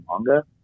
manga